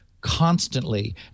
constantly